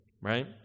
right